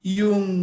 yung